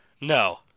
no